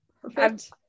Perfect